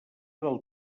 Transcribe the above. del